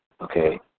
okay